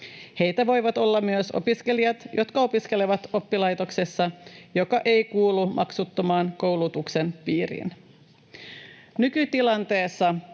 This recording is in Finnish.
Heitä voivat olla myös opiskelijat, jotka opiskelevat oppilaitoksessa, joka ei kuulu maksuttoman koulutuksen piiriin. Nykytilanteessa